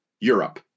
Europe